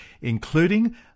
including